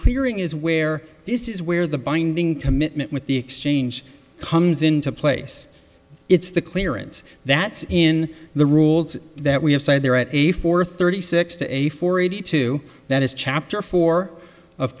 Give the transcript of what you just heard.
clearing is where this is where the binding commitment with the exchange comes into place it's the clearance that in the rules that we have cited there at eighty four thirty six to eighty four eighty two that is chapter four of